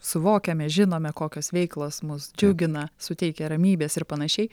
suvokiame žinome kokios veiklos mus džiugina suteikia ramybės ir panašiai